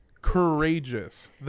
Courageous